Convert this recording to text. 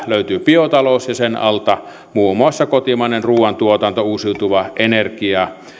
löytyy biotalous ja sen alta muun muassa kotimainen ruuantuotanto uusiutuva energia